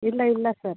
ಇಲ್ಲ ಇಲ್ಲ ಸರ್